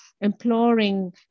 imploring